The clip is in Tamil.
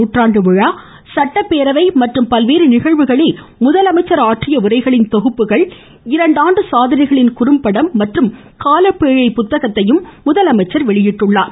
நூற்றாண்டு விழா சட்டப்பேரவை மற்றும் பல்வேறு நிகழ்வுகளில் முதலமைச்சர் ஆற்றிய உரைகளின் தொகுப்புகள் இரண்டாண்டு சாதனைகளின் குறும்படம் மற்றும் காலப்பேழை புத்தகத்தையும் முதலமைச்சர் வெளியிட்டார்